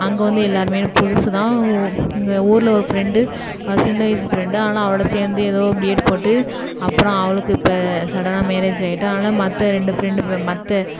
அங்கே வந்து எல்லாருமே எனக்கு புதுசுதான் ஊ இங்கே ஊர்ல ஒரு ஃப்ரெண்டு அது சின்ன வயசு ஃப்ரெண்டு அதனால் அவளோடு சேர்ந்து ஏதோ பிஏட் போட்டு அப்புறம் அவளுக்கு இப்போ சடனாக மேரேஜ் ஆகிட்டு அதனால் மற்ற ரெண்டு ஃப்ரெண்டு இப்போ மற்ற